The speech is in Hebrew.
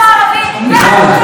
לשלוט 51 שנים על עם אחר,